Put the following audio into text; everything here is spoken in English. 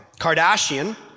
Kardashian